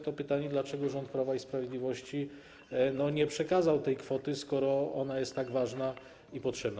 Stąd pytanie: Dlaczego rząd Prawa i Sprawiedliwości nie przekazał tej kwoty, skoro ona jest tak ważna i potrzebna?